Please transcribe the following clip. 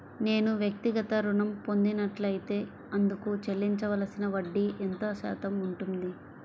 నేను వ్యక్తిగత ఋణం పొందినట్లైతే అందుకు చెల్లించవలసిన వడ్డీ ఎంత శాతం ఉంటుంది?